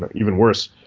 but even worse.